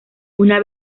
una